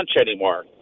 anymore